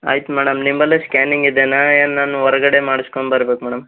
ಆಯ್ತು ಮೇಡಮ್ ನಿಮ್ಮಲ್ಲೇ ಸ್ಕ್ಯಾನಿಂಗ್ ಇದೆಯಾ ಏನು ನಾನು ಹೊರ್ಗಡೆ ಮಾಡಸ್ಕೊಂಬರ್ಬೇಕಾ ಮೇಡಮ್